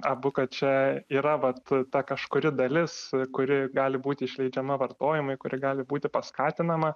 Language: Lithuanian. abu kad čia yra vat ta kažkuri dalis kuri gali būti išleidžiama vartojimui kuri gali būti paskatinama